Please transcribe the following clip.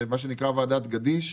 מה שנקרא ועדת גדיש,